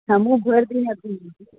हमहुँ भरि दिन घुमलियै